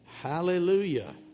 Hallelujah